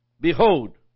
Behold